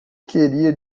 queria